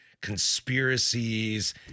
conspiracies